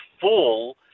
full